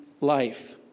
life